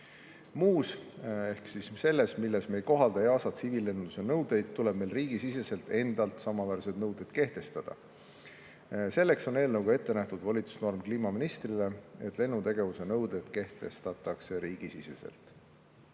Muus [osas] ehk selles, milles me ei kohalda EASA tsiviillennunduse nõudeid, tuleb meil riigisiseselt endale samaväärsed nõuded kehtestada. Selleks on eelnõuga ette nähtud volitusnorm kliimaministrile: lennutegevuse nõuded kehtestatakse riigisiseselt.